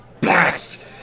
Blast